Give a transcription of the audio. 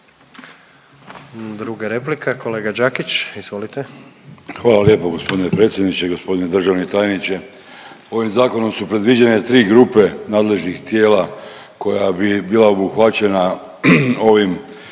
Druga replika kolega Đakić izvolite. **Đakić, Josip (HDZ)** Hvala lijepo g. predsjedniče. Gospodine državni tajniče, ovim zakonom su predviđene tri grupe nadležnih tijela koja bi bila obuhvaćena ovim